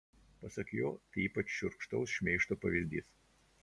pasak jo tai ypač šiurkštaus šmeižto pavyzdys